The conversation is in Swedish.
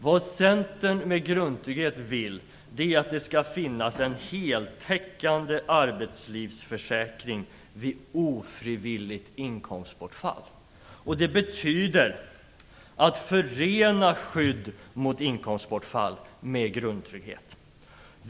Det Centern vill med grundtrygghet är att det skall finnas en heltäckande arbetslivsförsäkring vid ofrivilligt inkomstbortfall. Det betyder att man förenar skydd mot inkomstbortfall med grundtrygghet.